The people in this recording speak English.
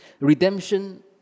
Redemption